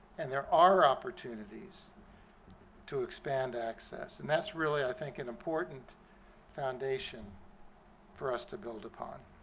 and there are opportunities to expand access. and that's really, i think, an important foundation for us to build upon.